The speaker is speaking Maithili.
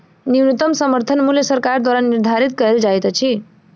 न्यूनतम समर्थन मूल्य सरकार द्वारा निधारित कयल जाइत अछि